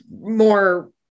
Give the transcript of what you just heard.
more